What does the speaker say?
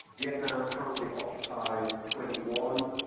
vietnam currently occupies twenty one,